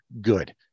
good